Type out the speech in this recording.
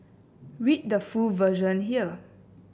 read the full version here